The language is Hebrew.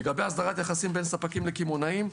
לגבי הסדרת היחסים בין ספקים לקמעונאים,